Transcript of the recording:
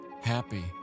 happy